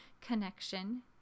connection